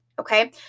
okay